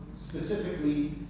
specifically